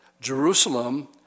Jerusalem